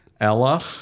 Ella